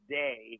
day